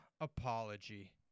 apology